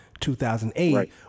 2008